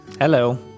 Hello